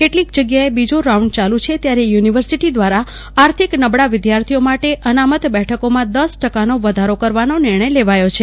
કેટલીક જગ્યાએ બીજા રાઉન્ડ ચાલુ છે ત્યારે યુનિવર્સિટી દ્વારા આર્થિક નબળા વિદ્યાર્થીઓ માટે અનામત બેઠકોમાં દસ ટકાનો વધારો કરવાનો નિર્ણય લેવાયો છે